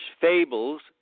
fables